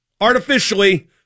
artificially